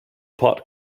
pot